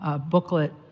booklet